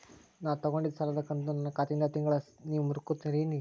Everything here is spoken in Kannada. ನಾ ತೊಗೊಂಡಿದ್ದ ಸಾಲದ ಕಂತು ನನ್ನ ಖಾತೆಯಿಂದ ತಿಂಗಳಾ ನೇವ್ ಮುರೇತೇರೇನ್ರೇ?